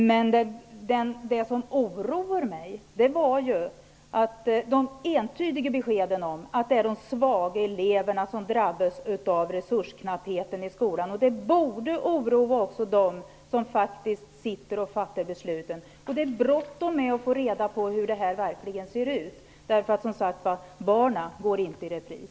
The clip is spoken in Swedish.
Men det som oroar mig är de entydiga beskeden om att de svaga eleverna drabbas av resursknappheten i skolan. Det borde oroa även dem som fattar besluten. Det är bråttom att få reda på hur situationen verkligen är. Barnen går som sagt inte i repris.